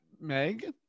meg